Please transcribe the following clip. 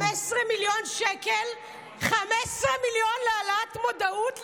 15 מיליון שקל להעלאת מודעות להתבוללות.